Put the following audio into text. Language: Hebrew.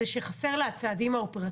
זה שחסר לה הצעדים האופרטיביים.